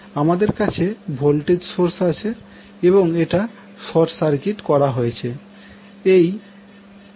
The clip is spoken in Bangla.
আমাদের কাছে ভোল্টেজ সোর্স আছে এবং এটা শর্ট সার্কিট করা হয়েছে